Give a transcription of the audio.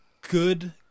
good